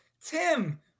Tim